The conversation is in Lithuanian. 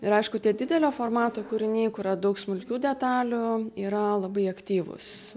ir aišku tie didelio formato kūriniai kuria daug smulkių detalių yra labai aktyvūs